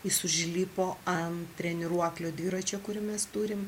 jis užlipo ant treniruoklio dviračio kurį mes turim